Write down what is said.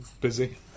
busy